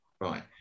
right